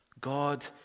God